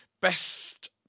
Best